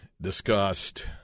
discussed